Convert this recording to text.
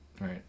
right